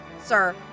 Sir